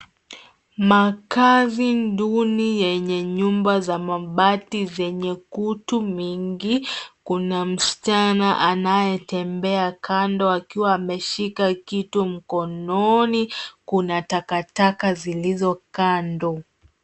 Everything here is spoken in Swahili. Makazi duni yenye nyumba za mabati zenye kutu mingi . Kuna msichana anayetembea kando akiwa ameshika kitu mkononi. Kuna takataka zilizo kando.